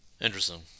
Interesting